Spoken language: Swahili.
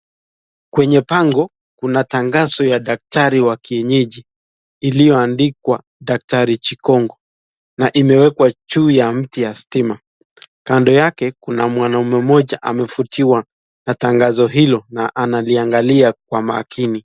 Kwenye bango kuna tanganzo ya daktari wa kienyeji iliyoandikwa daktari chikongo na imewekwa juu ya mti ya stima. Kando yake kuna mwanaume mmoja amevutiwa na tangazo hilo na analiangalia kwa makini.